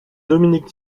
dominique